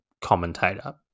commentator